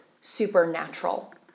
supernatural